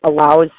allows